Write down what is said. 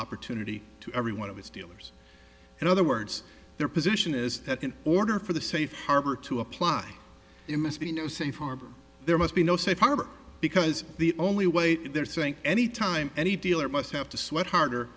opportunity to every one of its dealers in other words their position is that in order for the safe harbor to apply it must be no safe harbor there must be no safe harbor because the only way they're saying any time any dealer must have to sweat harder